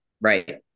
Right